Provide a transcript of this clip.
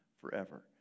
forever